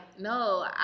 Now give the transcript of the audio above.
no